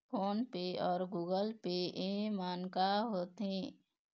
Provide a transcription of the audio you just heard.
Phone पे अउ Google पे येमन का होते?